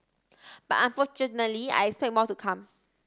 but unfortunately I expect more to come